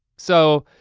so,